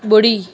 ॿुड़ी